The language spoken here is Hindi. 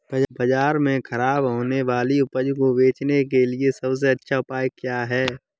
बाजार में खराब होने वाली उपज को बेचने के लिए सबसे अच्छा उपाय क्या है?